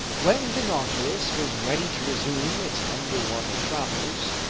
when the nautilus was ready to resume its underwater travels,